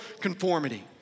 conformity